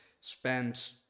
Spent